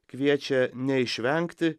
kviečia neišvengti